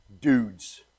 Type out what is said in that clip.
Dudes